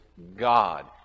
God